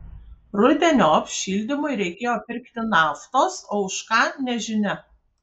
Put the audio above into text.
rudeniop šildymui reikėjo pirkti naftos o už ką nežinia